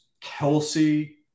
Kelsey